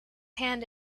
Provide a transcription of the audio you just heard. hand